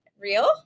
real